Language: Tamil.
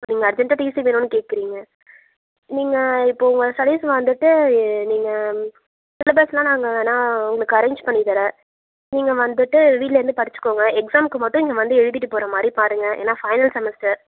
இப்போ நீங்கள் அர்ஜெண்ட்டாக டீசி வேணும்னு கேட்குறீங்க நீங்கள் இப்போ உங்கள் ஸ்டெடிஸ் வந்துட்டு நீங்கள் சிலபஸ்லாம் நான் வேணுணா உங்களுக்கு அரேஞ்ச் பண்ணித்தாரேன் நீங்கள் வந்துட்டு வீட்லேருந்து படிச்சிக்கோங்க எக்ஸ்ஸாம்க்கு மட்டும் இங்கே வந்து எழுதிட்டு போகிற மாதிரி பாருங்கள் ஏன்னா ஃபைனல் செமஸ்டர்